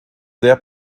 sehr